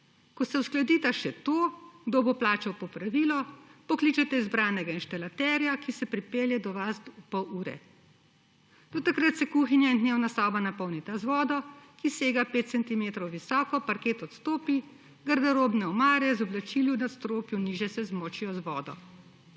Ko uskladita še to, kdo bo plačal popravilo, pokličete izbranega inštalaterja, ki se pripelje do vas v pol ure. Do takrat se kuhinja in dnevna soba napolnita z vodo, ki sega pet centimetrov visoko, parket odstopi, garderobne omare z oblačili v nadstropju nižje se zmočijo z vodo.